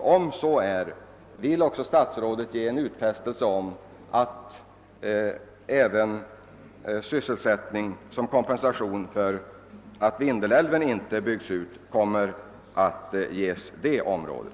Om så är, vill statsrådet också ge en utfästelse om att sysselsättning som kompensation för att Vindelälven inte byggs ut kommer att ges det därav berörda området?